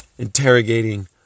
interrogating